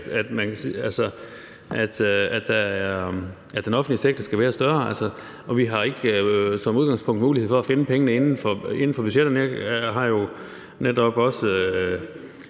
at den offentlige sektor skal være større, og vi har ikke som udgangspunkt mulighed for at finde pengene inden for budgetterne. Jeg har jo netop også